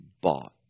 bought